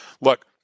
look